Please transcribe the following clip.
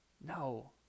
No